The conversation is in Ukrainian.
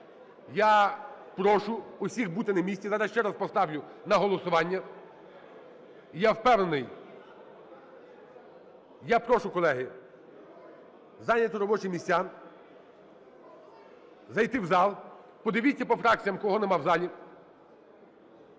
я прошу усіх бути на місці. Зараз ще раз поставлю на голосування. І я впевнений… Я прошу, колеги, зайняти робочі місця, зайти в зал. Подивіться по фракціям, кого нема в залі.